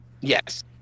Yes